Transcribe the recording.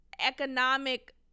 economic